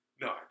no